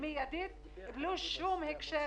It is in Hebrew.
47 מיליון שקל,